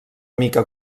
mica